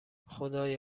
خدای